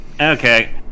Okay